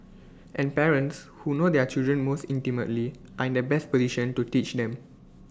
and parents who know their children most intimately are in the best position to teach them